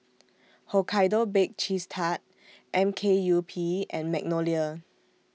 Hokkaido Baked Cheese Tart M K U P and Magnolia